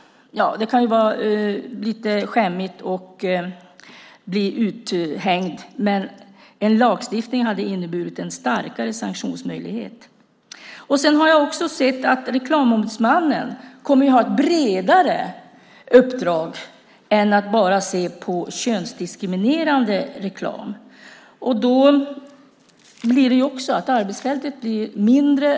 Det kan vara lite skämmigt att bli uthängd, men en lagstiftning hade inneburit en starkare sanktionsmöjlighet. Reklamombudsmannen kommer att ha ett bredare uppdrag än att bara se på könsdiskriminerande reklam. Arbetsfältet blir mindre.